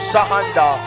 Sahanda